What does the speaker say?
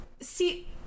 See